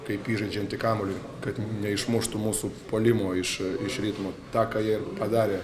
kaip įžaidžiantį kamuolį kad neišmuštų mūsų puolimo iš iš ritmo ta ką jie ir padarė